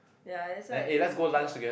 ya that's why I think cannot